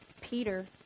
Peter